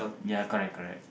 ya correct correct